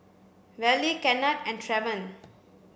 Vallie Kennard and Travon